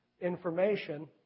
information